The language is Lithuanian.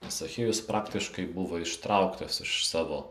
zachiejus praktiškai buvo ištrauktas iš savo